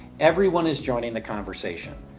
everyone is joining the conversation.